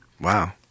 Wow